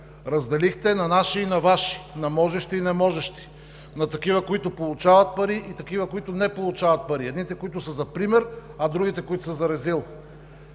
Разделихте на наши и на Ваши, на можещи и не можещи, на такива, които получават пари, и такива, които не получават пари – едните, които са за пример, а другите, които са за резил.